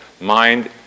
Mind